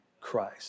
Christ